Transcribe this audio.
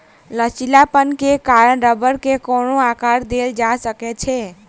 लचीलापन के कारण रबड़ के कोनो आकर देल जा सकै छै